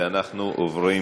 ואנחנו עוברים,